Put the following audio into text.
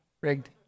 Rigged